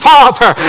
Father